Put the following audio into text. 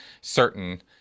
certain